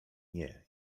nie